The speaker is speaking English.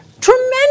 Tremendous